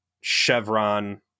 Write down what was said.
Chevron